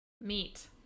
Meet